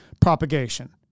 propagation